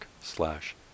slash